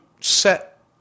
set